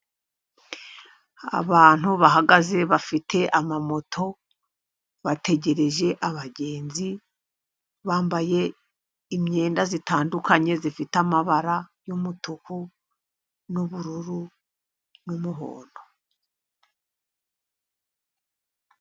Abantu bahagaze bafite amamoto bategereje abagenzi, bambaye imyenda itandukanye, ifite amabara y'umutuku, n'ubururu, n'umuhondo.